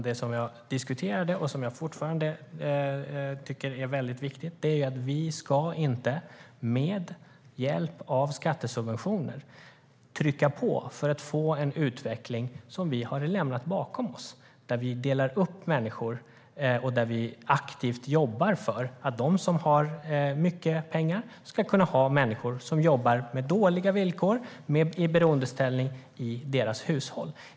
Det jag diskuterade, och som jag fortfarande tycker är väldigt viktigt, är att vi inte med hjälp av skattesubventioner ska trycka på för att få en utveckling som vi har lämnat bakom oss, där vi delar upp människor och aktivt jobbar för att de som har mycket pengar ska kunna ha människor som jobbar med dåliga villkor och i beroendeställning i sina hushåll.